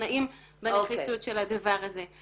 משוכנעים בנחיצות של הדבר הזה.